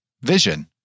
vision